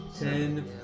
Ten